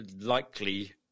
likely